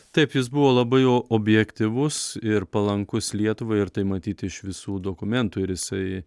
taip jis buvo labai o objektyvus ir palankus lietuvai ir tai matyti iš visų dokumentų ir jisai